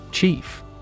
Chief